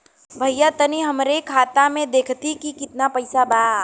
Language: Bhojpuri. भईया तनि हमरे खाता में देखती की कितना पइसा बा?